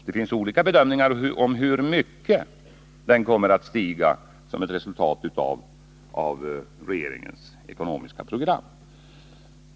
Det finns olika bedömningar om hur mycket den kommer att stiga som ett resultat av regeringens ekonomiska program.